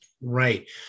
Right